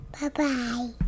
Bye-bye